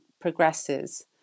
progresses